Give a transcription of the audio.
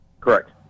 Correct